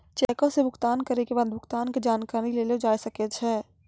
चेको से भुगतान करै के बाद भुगतान के जानकारी लेलो जाय सकै छै